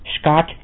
Scott